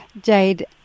Jade